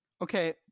Okay